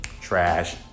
trash